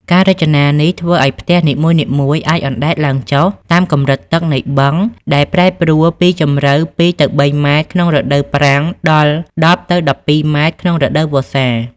ការរចនានេះធ្វើឱ្យផ្ទះនីមួយៗអាចអណ្ដែតឡើងចុះតាមកម្រិតទឹកនៃបឹងដែលប្រែប្រួលពីជម្រៅត្រឹម ២ទៅ៣ ម៉ែត្រក្នុងរដូវប្រាំងដល់ ១០ទៅ១២ ម៉ែត្រក្នុងរដូវវស្សា។